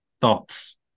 Thoughts